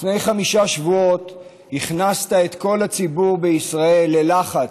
לפני חמישה שבועות הכנסת את כל הציבור בישראל ללחץ,